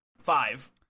five